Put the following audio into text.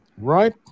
right